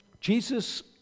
Jesus